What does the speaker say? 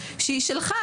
שהיא שלך,